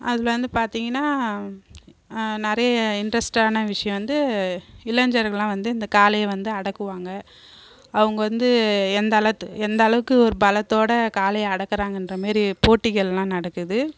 அதில் வந்து பார்த்திங்கன்னா நிறைய இன்ட்ரெஸ்ட்டான விஷயம் வந்து இளைஞர்கள்லாம் வந்து இந்த காளையை வந்து அடக்குவாங்க அவங்க வந்து எந்த அளத் எந்த அளவுக்கு ஒரு பலத்தோட காளையை அடக்குறாங்கன்ற மாரி போட்டிகள்லாம் நடக்குது